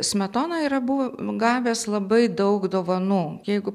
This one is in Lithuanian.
smetona yra buvo gavęs labai daug dovanų jeigu